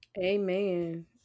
amen